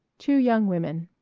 two young women